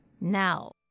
now